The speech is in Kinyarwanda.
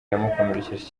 yamukomerekeje